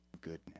goodness